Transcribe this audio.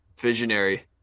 visionary